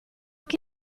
che